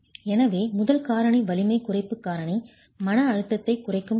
எனவே முதல் காரணி வலிமை குறைப்பு காரணி மன அழுத்தத்தை குறைக்கும் காரணி